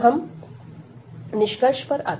तो हम निष्कर्ष पर आते हैं